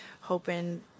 hoping